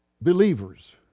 believers